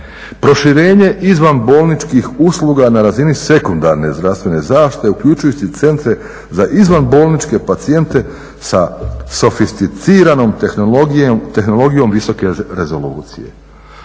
proširenje izvanbolničkih usluga na razini sekundarne zdravstvene zaštite, uključujući centre za izvanbolničke pacijente sa sofisticiranom tehnologijom visoke rezolucije.